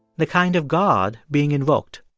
the kind of god being invoked.